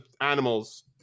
animals